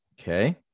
Okay